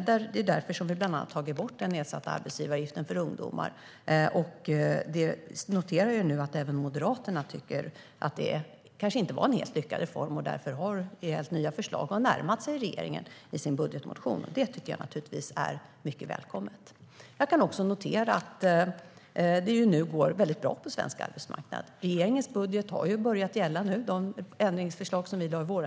Det är bland annat därför vi har tagit bort den nedsatta arbetsgivaravgiften för ungdomar. Jag noterar att även Moderaterna nu tycker att det kanske inte var en helt lyckad reform. De har helt nya förslag och har närmat sig regeringen i sin budgetmotion. Det tycker jag naturligtvis är mycket välkommet. Jag noterar också att det nu går väldigt bra på svensk arbetsmarknad. Regeringens budget - de ändringsförslag som vi lade fram i vårändringsbudgeten